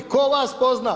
Tko vas pozva?